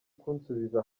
kunsubiza